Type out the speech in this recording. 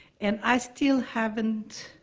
and i still haven't